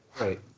Right